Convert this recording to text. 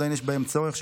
עדיין יש בהם צורך,